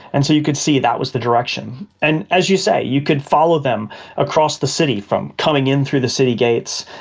and so you could see that was the direction. and as you say, you could follow them across the city, coming in through the city gates.